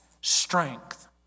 strength